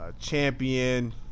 champion